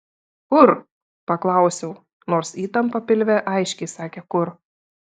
kur paklausiau nors įtampa pilve aiškiai sakė kur